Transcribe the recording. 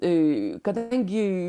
į kadangi